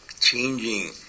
changing